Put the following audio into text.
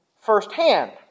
firsthand